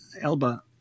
Elba